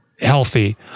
healthy